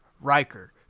Riker